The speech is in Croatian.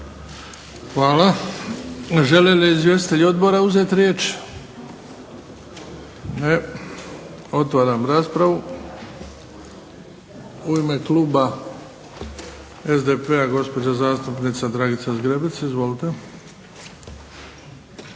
Hvala. Žele li izvjestitelji odbora uzeti riječ? Ne. Otvaram raspravu. U ime kluba SDP-a gospođa zastupnica Dragica Zgrebec. Izvolite.